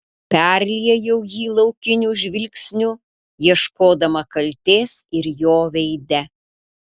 perliejau jį laukiniu žvilgsniu ieškodama kaltės ir jo veide